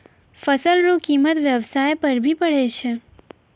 फसल रो कीमत व्याबसाय पर भी पड़ै छै